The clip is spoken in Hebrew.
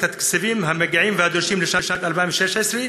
התקציבים המגיעים והדרושים לשנת 2016,